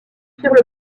firent